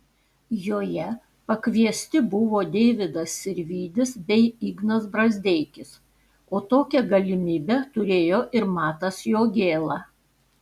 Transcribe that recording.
joje pakviesti buvo deividas sirvydis bei ignas brazdeikis o tokią galimybę turėjo ir matas jogėla